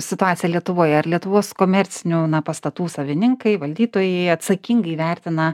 situacija lietuvoj ar lietuvos komercinių pastatų savininkai valdytojai atsakingai įvertina